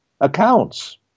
accounts